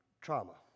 trauma